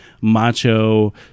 macho